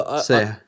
Say